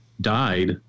died